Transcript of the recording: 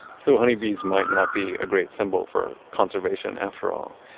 so honeybees might not be a great symbol for conservation after all.